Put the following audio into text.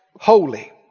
holy